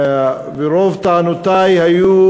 רוב טענותי היו